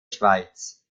schweiz